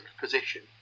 position